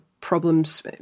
problems